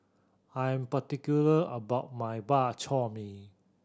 I am particular about my Bak Chor Mee